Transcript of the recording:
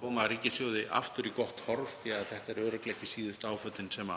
koma ríkissjóði aftur í gott horf, því að þetta eru örugglega ekki síðustu áföllin sem